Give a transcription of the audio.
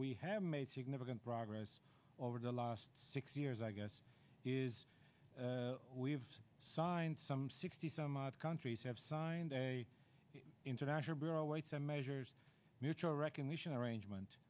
we have made significant progress over the last six years i guess is we've signed some sixty some odd countries have signed international bureau weights and measures mutual recognition arrangement